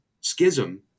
schism